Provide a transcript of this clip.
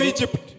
Egypt